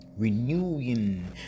renewing